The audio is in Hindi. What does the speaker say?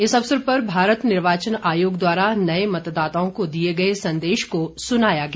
इस अवसर पर भारत निर्वाचन आयोग द्वारा नए मतदाताओं को दिए गए संदेश को सुनाया गया